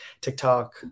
TikTok